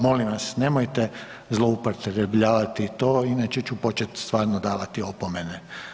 Molim vas nemojte zloupotrebljavati to inače ću počet stvarno davat opomene.